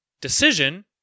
decision